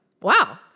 wow